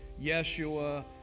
Yeshua